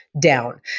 Down